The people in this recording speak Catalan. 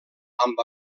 amb